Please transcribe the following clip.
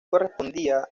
correspondía